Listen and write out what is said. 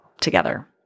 together